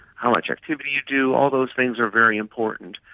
how much activity you do, all those things are very important,